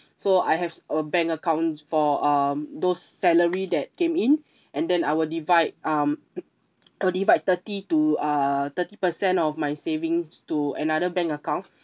so I have s~ a bank account for um those salary that came in and then I will divide um divide thirty to uh thirty percent of my savings to another bank account